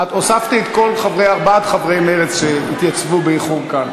הוספתי את ארבעת חברי מרצ, שהתייצבו באיחור קל.